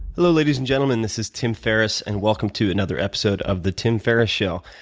hello, ladies and gentlemen. this is tim ferriss and welcome to another episode of the tim ferriss show.